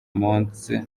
munsi